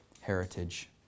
heritage